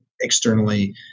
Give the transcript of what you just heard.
externally